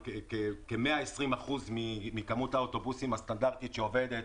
120% ממספר האוטובוסים הסטנדרטי שעובדים,